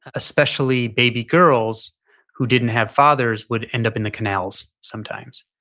especially baby girls who didn't have fathers, would end up in the canals sometimes.